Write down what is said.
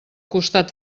costat